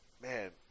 man